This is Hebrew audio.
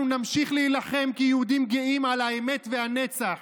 אנחנו נמשיך להילחם כיהודים גאים על האמת ועל הנצח,